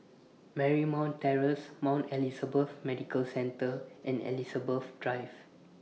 Marymount Terrace Mount Elizabeth Medical Centre and Elizabeth Drive